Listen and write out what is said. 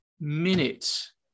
minutes